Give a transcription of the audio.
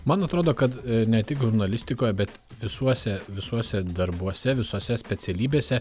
man atrodo kad ne tik žurnalistikoje bet visuose visuose darbuose visose specialybėse